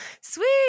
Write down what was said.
Sweet